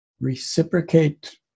Reciprocate